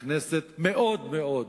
מאוד מאוד,